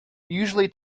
usually